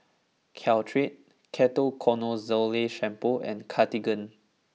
Caltrate Ketoconazole shampoo and Cartigain